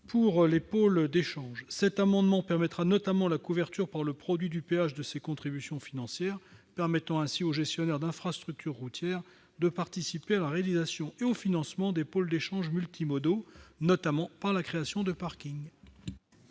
pour les pôles d'échanges multimodaux. Cet amendement vise à autoriser notamment la couverture par le produit du péage de ces contributions financières, ce qui permettra aux gestionnaires d'infrastructures routières de participer à la réalisation et au financement de pôles d'échanges multimodaux, notamment par la création de parkings.